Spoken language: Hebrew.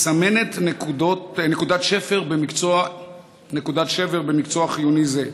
מסמנת נקודת שבר במקצוע חיוני זה.